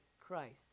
Christ